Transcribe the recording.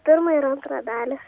pirmą ir antrą dalį